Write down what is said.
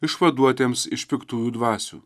išvaduotiems iš piktųjų dvasių